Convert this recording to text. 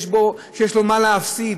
שיש לו מה להפסיד,